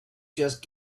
just